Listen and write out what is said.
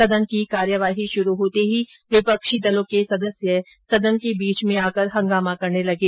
सदन की कार्यवाही शुरू होते ही विपक्षी दलों के सदस्य सदन के बीच में आकर हंगामा करने लगे